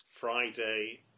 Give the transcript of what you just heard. Friday